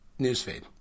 newsfeed